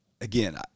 again